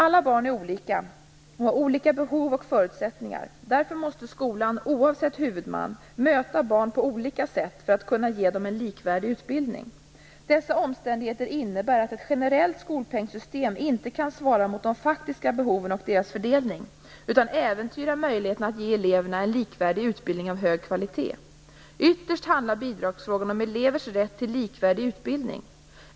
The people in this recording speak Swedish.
Alla barn är olika och har olika behov och förutsättningar. Därför måste skolan, oavsett huvudman, möta barn på olika sätt för att kunna ge dem en likvärdig utbildning. Dessa omständigheter innebär att ett generellt skolpengssystem inte kan svara mot de faktiska behoven och deras fördelning, utan äventyrar möjligheterna att ge eleverna en likvärdig utbildning av hög kvalitet. Ytterst handlar bidragsfrågan om elevers rätt till likvärdig utbildning.